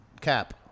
Cap